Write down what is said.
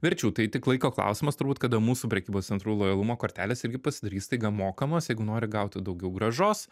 verčių tai tik laiko klausimas turbūt kada mūsų prekybos centrų lojalumo kortelės irgi pasidarys staiga mokamos jeigu nori gauti daugiau grąžos